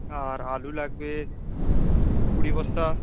আর আলু লাগবে কুড়ি বস্তা